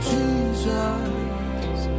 Jesus